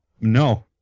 No